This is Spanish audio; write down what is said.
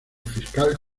fiscal